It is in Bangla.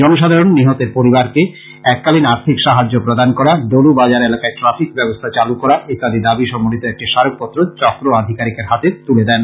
জনসাধারণ নিহতের পরিবারকে এককালীন আর্থিক সাহায্য প্রদান করা ডলু বাজার এলাকায় ট্রাফিক ব্যবস্থা চালু করা ইত্যাদি দাবী সম্বলিত একটি স্মারকপত্র চক্র আধিকারীকের হাতে তুলে দেয়